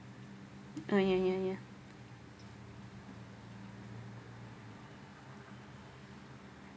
ah ya ya ya